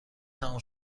تمام